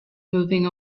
moving